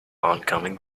oncoming